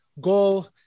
Goal